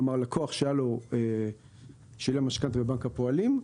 כלומר לקוח ששילם משכנתא בבנק הפועלים,